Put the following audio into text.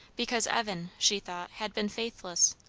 because evan, she thought, had been faithless,